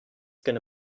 gonna